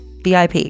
VIP